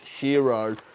Hero